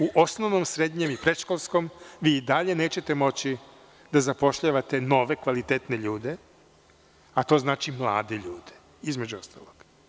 U osnovnom, srednjem i predškolskom vi i dalje nećete moći da zapošljavate nove kvalitetne ljude, a to znači mlade ljude, između ostalog.